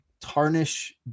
tarnish